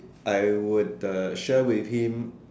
I would uh share with him